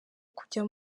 kujya